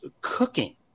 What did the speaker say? cooking